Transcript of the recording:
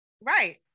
right